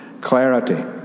clarity